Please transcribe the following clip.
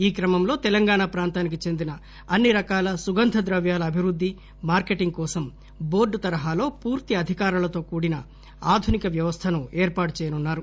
ఈ క్రమంలో తెలంగాణ ప్రాంతానికి చెందిన అన్ని రకాల సుగంధ ద్రవ్యాల అభివృద్ది మార్కెటింగ్ కోసం టోర్డు తరహాలో పూర్తి అధికారాలతో కూడిన ఆధునిక వ్యవస్దను ఏర్పాటు చేయనున్నారు